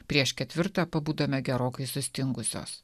prieš ketvirtą pabudome gerokai sustingusios